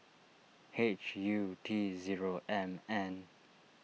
H U T zero M N